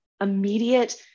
immediate